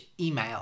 email